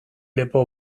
lepo